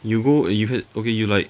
you go you hea~ okay you like